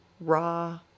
raw